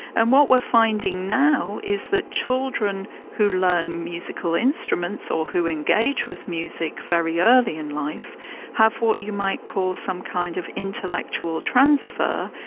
and what we're finding now is that children who learn musical instruments or who engage with music very early in life have what you might call some kind of intellectual transfer,